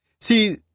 See